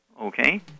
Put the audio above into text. okay